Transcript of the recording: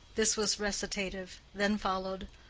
this was recitative then followed,